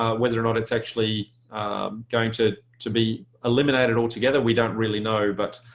ah whether or not it's actually going to to be eliminated altogether we don't really know. but